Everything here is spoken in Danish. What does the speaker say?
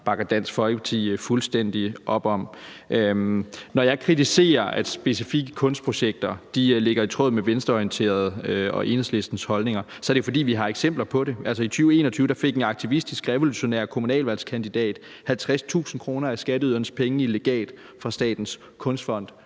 bakker Dansk Folkeparti fuldstændig op om. Når jeg kritiserer, at specifikke kunstprojekter ligger i tråd med venstreorienteredes og Enhedslistens holdninger, så er det jo, fordi vi har eksempler på det. I 2021 fik en aktivistisk, revolutionær kommunalvalgskandidat 50.000 kr. af skatteydernes penge i legat fra Statens Kunstfond.